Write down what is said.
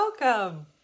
Welcome